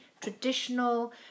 traditional